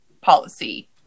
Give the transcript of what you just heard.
policy